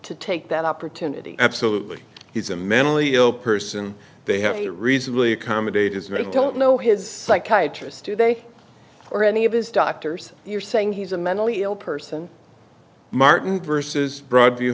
to take that opportunity absolutely he's a mentally ill person they have a reasonably accommodate is going to tell him no his psychiatrist today or any of his doctors you're saying he's a mentally ill person martin versus broadview